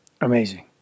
Amazing